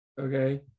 okay